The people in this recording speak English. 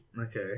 Okay